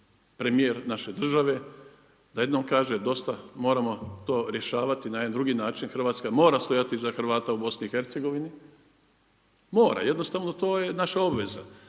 premijer naše države da jednom kaže dosta, moramo to rješavati na jedan drugi način. Hrvatska mora stajati iza Hrvata u Bosni i Hercegovini. Mora, jednostavno to je naša obveza